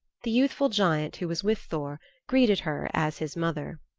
the youthful giant who was with thor greeted her as his mother.